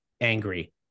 angry